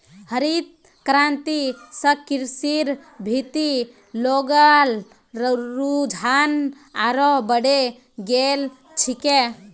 हरित क्रांति स कृषिर भीति लोग्लार रुझान आरोह बढ़े गेल छिले